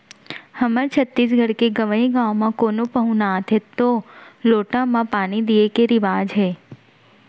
हमर छत्तीसगढ़ के गँवइ गाँव म कोनो पहुना आथें तौ लोटा म पानी दिये के रिवाज हे